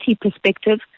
perspective